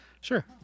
Sure